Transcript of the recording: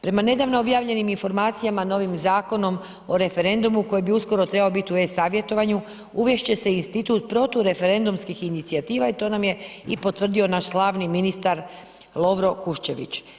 Prema nedavno objavljenim informacijama, novim Zakonom o referendumu koji bi uskoro trebao biti u e-savjetovanju uvest će se institut protureferendumskih inicijativa i to nam je i potvrdio naš slavni ministar Lovro Kuščević.